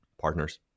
partners